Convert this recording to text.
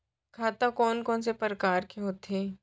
खाता कोन कोन से परकार के होथे?